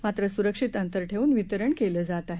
मात्र सुरक्षित अंतर ठेवून वितरण केलं जात आहे